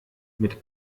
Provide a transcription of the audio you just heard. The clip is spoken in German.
mit